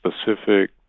specific